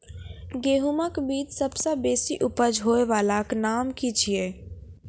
गेहूँमक बीज सबसे बेसी उपज होय वालाक नाम की छियै?